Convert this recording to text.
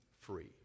free